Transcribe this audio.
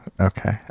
Okay